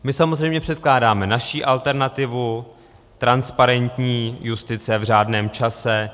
My samozřejmě předkládáme naši alternativu transparentní justice v řádném čase.